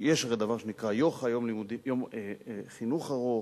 הרי יש דבר שנקרא יוח"א, יום חינוך ארוך,